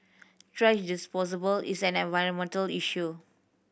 thrash disposal is an environmental issue